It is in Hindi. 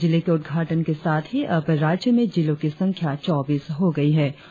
इस जिले के उद्घाटन के साथ ही अब राज्य में जिलों की संख्या चौबीस हो गई है